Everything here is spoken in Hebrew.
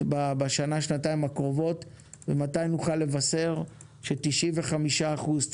בשנה-שנתיים הקרובות ומתי נוכל לבשר ש-95 אחוזים,